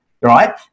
right